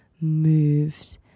moved